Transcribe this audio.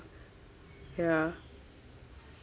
yah